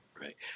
Right